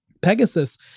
Pegasus